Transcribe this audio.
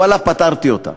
ואללה, פתרתי אותה.